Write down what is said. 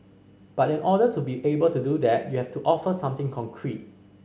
but in order to be able to do that you have to offer something concrete